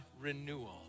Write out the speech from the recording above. renewal